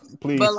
please